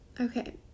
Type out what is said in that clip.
okay